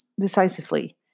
decisively